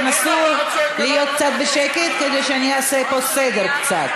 תנסו להיות קצת בשקט כדי שאני אעשה פה סדר קצת.